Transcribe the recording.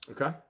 Okay